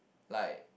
like